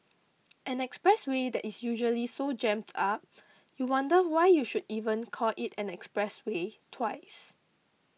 an expressway that is usually so jammed up you wonder why you should even call it an expressway twice